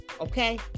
okay